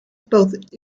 both